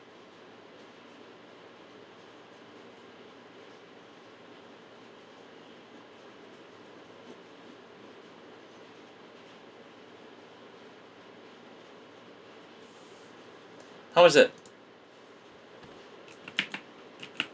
how much is that